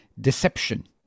deception